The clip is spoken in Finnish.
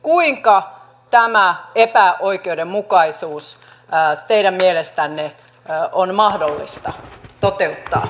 kuinka tämä epäoikeudenmukaisuus teidän mielestänne on mahdollista toteuttaa